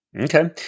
Okay